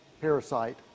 Parasite